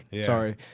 Sorry